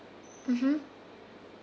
mmhmm